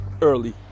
early